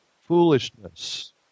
foolishness